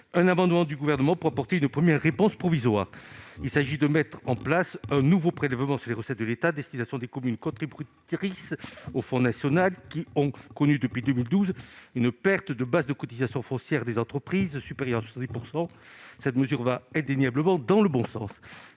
un amendement du Gouvernement visant à apporter une première réponse provisoire. Il s'agit de mettre en place un nouveau prélèvement sur les recettes de l'État à destination des communes contributrices au FNGIR, qui ont connu depuis 2012 une perte de base de cotisation foncière des entreprises, de CFE, supérieure à 70 %. Cette mesure va indéniablement dans le bon sens,